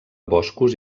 boscos